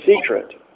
secret